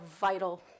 vital